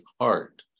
heart